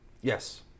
Yes